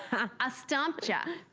i stumped yeah